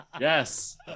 Yes